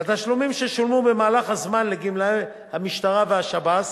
לתשלומים ששולמו במהלך הזמן לגמלאי המשטרה ושב"ס